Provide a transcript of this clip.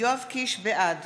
בעד